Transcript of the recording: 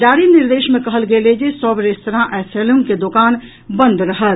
जारी निर्देश मे कहल गेल अछि जे सभ रेस्तरां आ सैलून के दोकान बंद रहत